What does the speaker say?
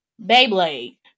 Beyblade